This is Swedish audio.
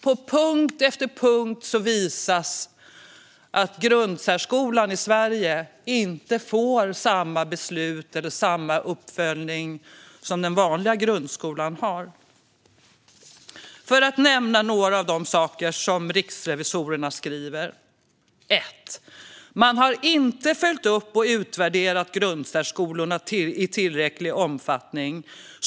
På punkt efter punkt visar man att grundsärskolan i Sverige inte får samma beslut eller samma uppföljning som den vanliga grundskolan. Jag vill nämna några av de saker som riksrevisorerna skriver: Man har inte följt upp och utvärderat grundskolorna i tillräcklig omfattning.